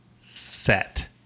set